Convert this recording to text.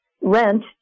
rent